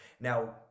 Now